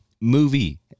Movie